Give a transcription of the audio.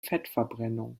fettverbrennung